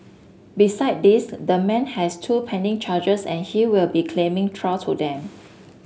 beside this the man has two pending charges and he will be claiming trial to them